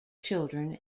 children